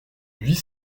huit